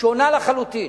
שונה לחלוטין,